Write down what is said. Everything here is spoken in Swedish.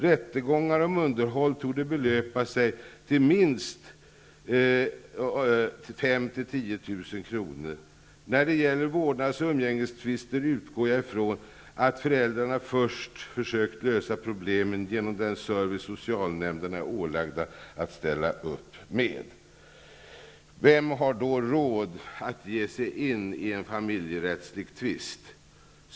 Rättegångar om underhåll torde belöpa sig till minst 5 000--10 000 kr. När det gäller vårdnads och umgängestvister utgår jag ifrån att föräldrarna först försöker lösa problemen genom den service som socialnämnderna är ålagda att ställa upp med. Vem har då råd att ge sig in i en familjerättslig tvist?